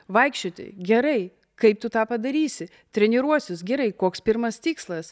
vaikščioti gerai kaip tu tą padarysi treniruosius gerai koks pirmas tikslas